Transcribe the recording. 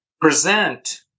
present